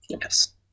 Yes